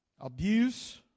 abuse